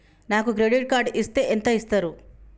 నాకు credit card ఇస్తే ఎంత ఇస్తరు?